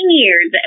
years